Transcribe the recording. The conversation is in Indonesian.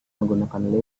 menggunakan